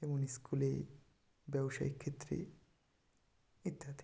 যেমন ইস্কুলে ব্যবসায়িক ক্ষেত্রে ইত্যাদি